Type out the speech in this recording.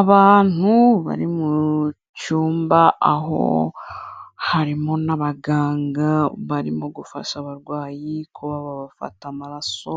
Abantu bari mu cyumba aho harimo n'abaganga barimo gufasha abarwayi kuba babafata amaraso,